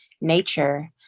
nature